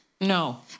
no